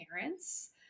parents